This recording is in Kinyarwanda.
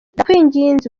ndakwinginze